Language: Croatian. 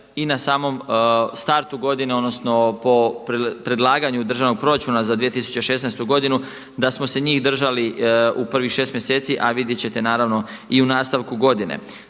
i na samom startu godine odnosno po predlaganju državnog proračuna za 2016. godinu da smo se njih držali u prvih 6 mjeseci a vidjeti ćete naravno i u nastavku godine.